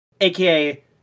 aka